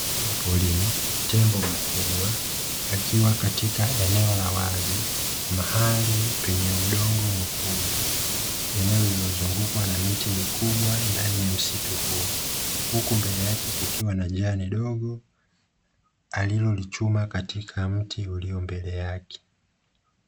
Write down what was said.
Mnyama porini tembo mkubwa akiwa katika eneo la wazi mahali penye udongo mwekundu eneo linalozungukwa na miti mikubwa ndani ya msitu huo huku mbele yake kukiwa na jani dogo alilolichuma katika mti ulio mbele yake.